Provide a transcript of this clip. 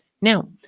Now